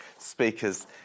speakers